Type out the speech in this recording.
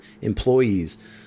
employees